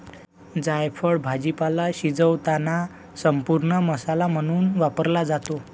जायफळ भाजीपाला शिजवताना संपूर्ण मसाला म्हणून वापरला जातो